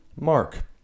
mark